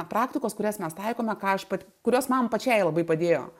praktikos kurias mes taikome ką aš pat kurios man pačiai labai padėjo